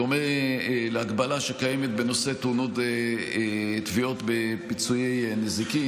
בדומה להגבלה שקיימת בנושא תביעות בפיצויי נזיקין,